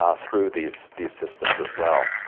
ah through these these systems as well.